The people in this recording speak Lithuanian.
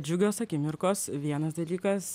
džiugios akimirkos vienas dalykas